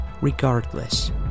Regardless